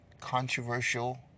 Controversial